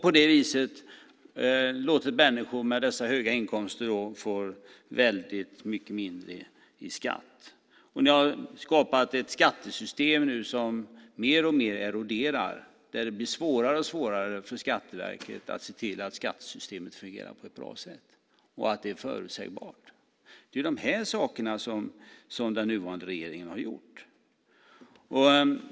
På det viset har ni låtit människor med dessa höga inkomster få väldigt mycket mindre i skatt. Ni har skapat ett skattesystem som nu mer och mer eroderar och där det blir svårare och svårare för Skatteverket att se till att skattesystemet fungerar på ett bra sätt och att det är förutsägbart. Det är de här sakerna som den nuvarande regeringen har gjort.